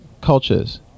cultures